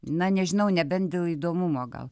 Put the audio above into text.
na nežinau nebent dėl įdomumo gal